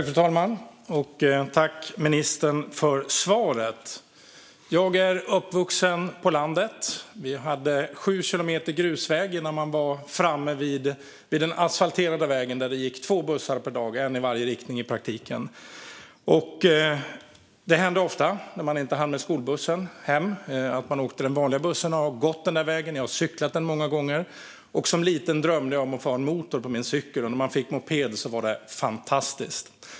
Fru talman! Jag tackar ministern för svaret. Jag är uppvuxen på landet. Vi hade sju kilometer grusväg innan vi var framme vid den asfalterade vägen. Där gick det två bussar per dag - en i varje riktning, i praktiken. Det hände ofta, när man inte hann med skolbussen hem, att man åkte den vanliga bussen. Jag har gått den där vägen. Jag har cyklat den många gånger. Som liten drömde jag om att få ha en motor på min cykel. När man fick en moped var det fantastiskt.